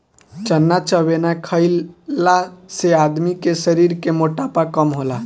चना चबेना खईला से आदमी के शरीर के मोटापा कम होला